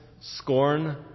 scorn